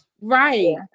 right